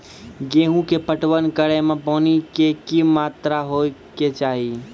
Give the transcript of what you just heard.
गेहूँ के पटवन करै मे पानी के कि मात्रा होय केचाही?